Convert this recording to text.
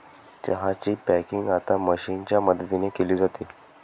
चहा ची पॅकिंग आता मशीनच्या मदतीने केली जाते